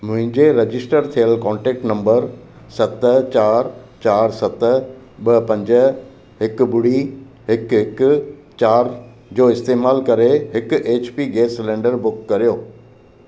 मुंहिंजे रजिस्टर थियल contact number सत चार चार सत ॿ पंज हिकु ॿुड़ी हिकु हिकु चार जो इस्तेमालु करे हिक H P gas cylinder book कर्यो